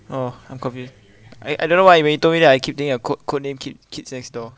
oh I'm confused I I don't know why when you told me that I keep thinking of code code name kid kids next door